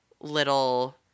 little